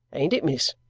ain't it, miss?